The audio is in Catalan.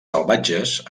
salvatges